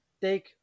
take